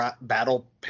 battle